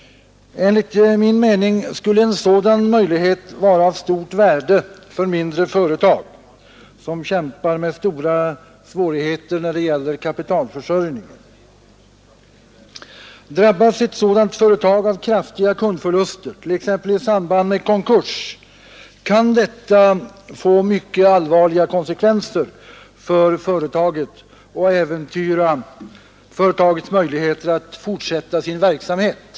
Enligt min mening skulle en sådan möjlighet vara av stort värde för mindre företag, som kämpar med stora svårigheter när det gäller kapitalförsörjningen. Drabbas ett sådant företag av kraftiga kundförluster, t.ex. i samband med konkurs, kan detta få mycket allvarliga konsekvenser för företaget och äventyra dess möjligheter att fortsätta sin verksamhet.